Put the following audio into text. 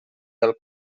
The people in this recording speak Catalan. del